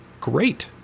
Great